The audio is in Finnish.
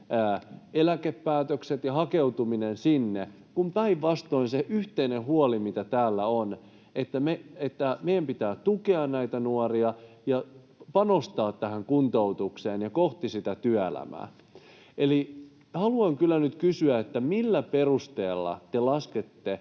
eläkepäätökset ja hakeutuminen sinne, kun päinvastoin se yhteinen huoli täällä on, että meidän pitää tukea näitä nuoria ja panostaa tähän kuntoutukseen kohti sitä työelämää. Eli haluan kyllä nyt kysyä, millä perusteella te laskette